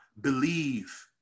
believe